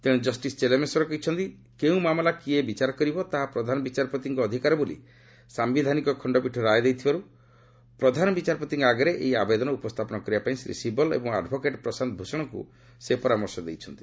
ତେଶେ ଜଷ୍ଟିସ୍ ଚେଲାମେଶ୍ୱର କହିଛନ୍ତି କେଉଁ ମାମଲା କିଏ ବଚାର କରିବ ତାହା ପ୍ରଧାନ ବିଚାରପତିଙ୍କ ଅଧିକାର ବୋଲି ସାୟିଧାନିକ ଖଣ୍ଡପୀଠ ରାୟ ଦେଇଥିବାରୁ ପ୍ରଧାନ ବିଚାରପତିଙ୍କ ଆଗରେ ଏହି ଆବେଦନ ଉପସ୍ଥାପନ କରବା ପାଇଁ ଶ୍ରୀ ଶିବଲ୍ ଏବଂ ଆଡ଼୍ଭୋକେଟ୍ ପ୍ରଶାନ୍ତ ଭୂଷଣଙ୍କୁ ପରାମର୍ଶ ଦେଇଛନ୍ତି